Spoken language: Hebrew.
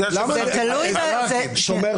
אני מדבר על בני אדם